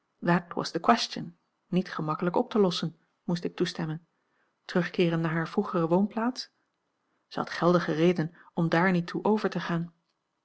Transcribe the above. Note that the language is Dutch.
the question niet gemakkelijk op te lossen moest ik toestemmen terugkeeren naar hare vroegere woonplaats a l g bosboom-toussaint langs een omweg zij had geldige redenen om daar niet toe over te gaan